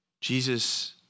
Jesus